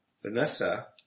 Vanessa